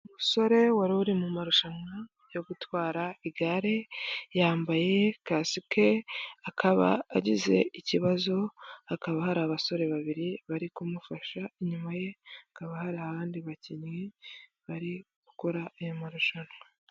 Umusore wari uri mu marushanwa yo gutwara igare yambaye kasike, akaba agize ikibazo hakaba hari abasore babiri bari kumufasha, inyuma ye hakaba hari abandi bakinnyi bari gukora aya marushanwa.